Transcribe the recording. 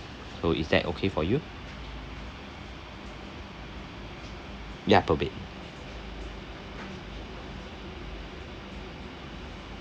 so is that okay for you ya per bed